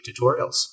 tutorials